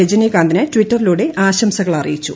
രജനീകാന്തിന് ട്വിറ്ററിലൂടെ ആശ്രിസക്ളറിയിച്ചു